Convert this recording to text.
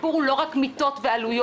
הסיפור הוא לא רק מיטות ועלויות,